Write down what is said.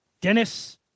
Dennis